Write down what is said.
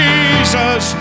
Jesus